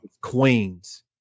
Queens